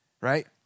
right